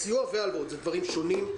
אלו דברים שונים,